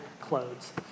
clothes